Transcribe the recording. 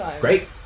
Great